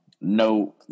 no